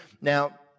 Now